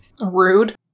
Rude